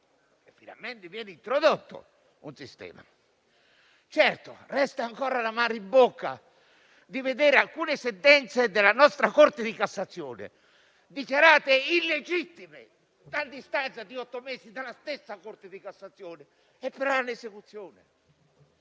Finalmente viene introdotto un sistema. Certo, resta ancora l'amaro in bocca di fronte ad alcune sentenze della nostra Corte di cassazione dichiarate illegittime a distanza di otto mesi dalla stessa Corte di cassazione e che però hanno esecuzione.